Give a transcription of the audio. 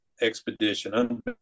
expedition